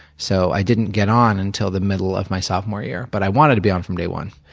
so i didn't get on until the middle of my sophomore year but i wanted to be on from day one.